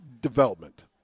development